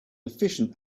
efficient